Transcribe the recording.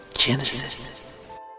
Genesis